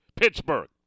Pittsburgh